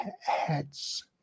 heads